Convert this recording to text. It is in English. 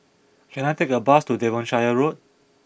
can I take a bus to Devonshire Road